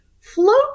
float